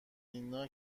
اینا